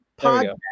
podcast